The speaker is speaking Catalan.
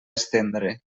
estendre